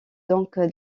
donc